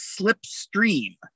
slipstream